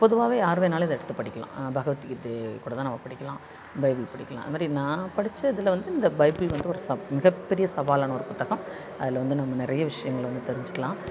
பொதுவாகவே யார் வேணாலும் இதை எடுத்து படிக்கலாம் பகவத் கீதையை கூட தான் நம்ம படிக்கலாம் பைபிள் படிக்கலாம் அது மாதிரி நான் படித்த இதில் வந்து இந்த பைபிள் வந்து ஒரு சப் மிகப்பெரிய சவாலான ஒரு புத்தகம் அதில் வந்து நம்ம நிறைய விஷயங்கள வந்து தெரிஞ்சுக்கலாம்